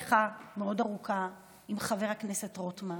לי הייתה שיחה מאוד ארוכה עם חבר הכנסת רוטמן,